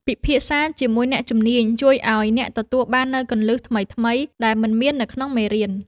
ពិភាក្សាជាមួយអ្នកជំនាញជួយឱ្យអ្នកទទួលបាននូវគន្លឹះថ្មីៗដែលមិនមាននៅក្នុងមេរៀន។